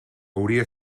hauria